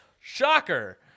Shocker